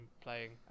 playing